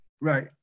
right